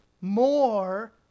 more